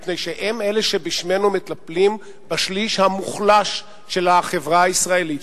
מפני שהם אלה שבשמנו מטפלים בשליש המוחלש של החברה הישראלית,